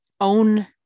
own